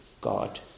God